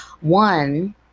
One